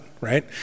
right